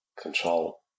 control